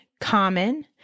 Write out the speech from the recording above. common